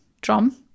drum